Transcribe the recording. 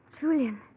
Julian